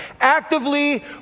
Actively